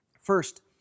First